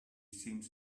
seems